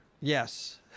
Yes